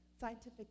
scientific